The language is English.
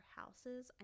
houses